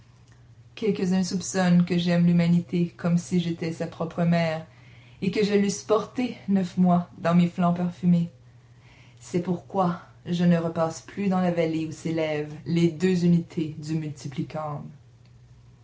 quelques-uns soupçonnent que j'aime l'humanité comme si j'étais sa propre mère et que je l'eusse portée neuf mois dans mes flancs parfumés c'est pourquoi je ne repasse plus dans la vallée où s'élèvent les deux unités du